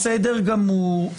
בסדר גמור,